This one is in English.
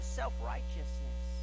self-righteousness